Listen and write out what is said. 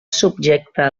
subjecta